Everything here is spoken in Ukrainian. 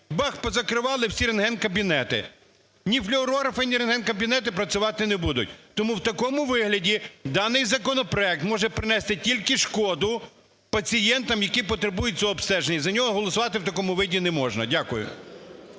бах, позакривали всі рентген-кабінети. Ні флюорографи, ні рентген-кабінети працювати не будуть. Тому в такому вигляді даний законопроект може принести тільки шкоду пацієнтам, які потребують цього обстеження. За нього голосувати в такому виді не можна. Дякую.